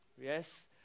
Yes